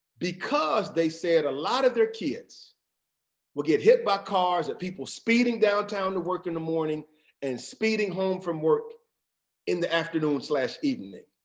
because they said, a lot of their kids will get hit by cars of people speeding downtown to work in the morning and speeding home from work in the afternoon slash evening.